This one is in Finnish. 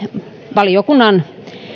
valiokunnan